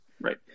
Right